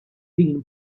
din